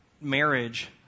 marriage